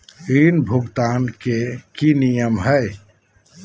ऋण भुगतान के की की नियम है?